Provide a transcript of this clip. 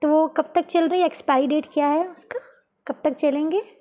تو وہ کب تک چل رہی ہے ایکسپائری ڈیٹ کیا ہے اس کا کب تک چلیں گے